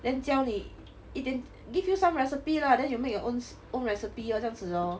then 教你一点点 give you some recipe lah then you make your own own recipe 这样子 lor